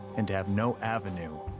and have no avenue,